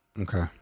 Okay